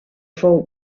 fou